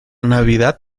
navidad